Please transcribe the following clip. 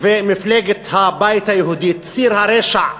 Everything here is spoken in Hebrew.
ומפלגת הבית היהודי, ציר הרשע החדש,